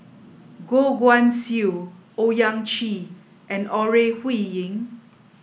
Goh Guan Siew Owyang Chi and Ore Huiying